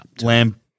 Lamb